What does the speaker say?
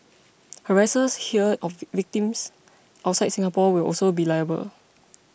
harassers here of the victims outside Singapore will also be liable